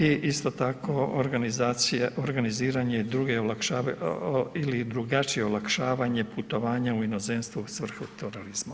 I isto tako, organiziranje ili drugačije olakšavanje putovanja u inozemstvu u svrhu terorizma.